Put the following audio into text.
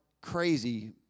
crazy